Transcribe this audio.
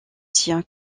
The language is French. tient